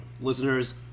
listeners